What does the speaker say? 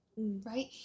Right